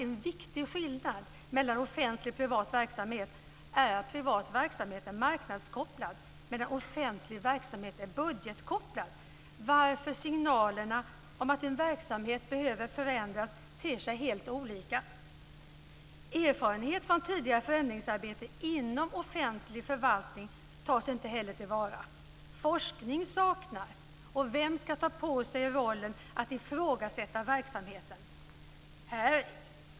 En viktig skillnad mellan offentlig och privat verksamhet, menar man, är att privat verksamhet är marknadskopplad medan offentlig verksamhet är budgetkopplad, varför signalerna om att en verksamhet behöver förändras ter sig helt olika. Erfarenhet från tidigare förändringsarbete inom offentlig förvaltning tas inte heller till vara. Forskning saknas. Och vem ska ta på sig rollen att ifrågasätta verksamheten?